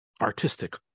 artistic